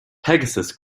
pegasus